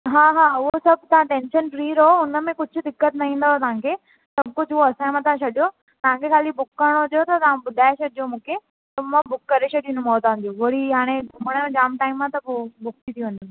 हा हा उहो सभु तव्हां टेंशन फ्री रहो उन में कुझु दिक़त न ईंदव तव्हां खे सभु कुझु उहो असांजे मथां छॾियो तव्हां खे खाली बुक करिणो हुजेव त तव्हां ॿुधाए छॾिजो मूंखे त मां बुक करे छॾंदीमांव वरी हाणे घुमणु जाम टाइम खां बुक थी थी वञे